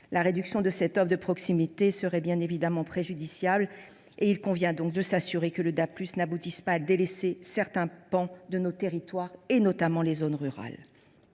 La réduction de cette offre de proximité serait bien évidemment préjudiciable. Il convient donc de s’assurer que le DAB+ n’aboutira pas à délaisser certains pans de nos territoires, notamment les zones rurales.